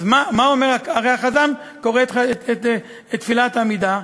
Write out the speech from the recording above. הרי החזן קורא את תפילת העמידה,